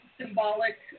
symbolic